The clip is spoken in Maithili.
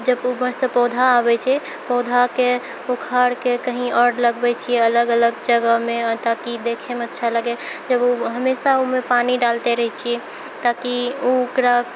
जब उपरसँ पौधा आबै छै पौधाके उखाड़िके कहीँ आओर लगबै छिए अलग अलग जगहमे ताकि देखैमे अच्छा लागै जब हमेशा ओहिमे पानी डालते रहै छिए ताकि ओकरा